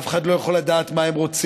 אף אחד לא יכול לדעת מה הם רוצים,